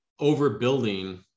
overbuilding